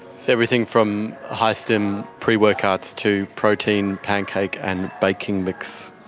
so everything from high-stim pre-workouts to protein pancake and baking mix.